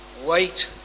wait